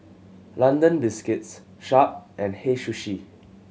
London Biscuits Sharp and Hei Sushi